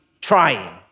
trying